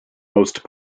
most